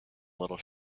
little